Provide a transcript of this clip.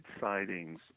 sightings